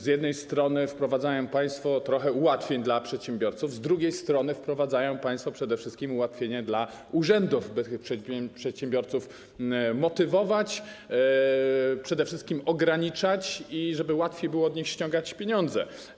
Z jednej strony wprowadzają państwo trochę ułatwień dla przedsiębiorców, z drugiej strony wprowadzają państwo przede wszystkim ułatwienie dla urzędów, by przedsiębiorców motywować, przede wszystkim ograniczać, i żeby łatwiej było od nich ściągać pieniądze.